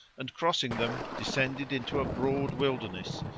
and crossing them descended into a broad wilderness,